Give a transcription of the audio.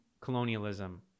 colonialism